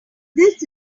this